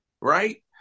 right